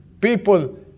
people